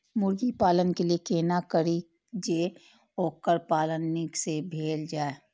मुर्गी पालन के लिए केना करी जे वोकर पालन नीक से भेल जाय?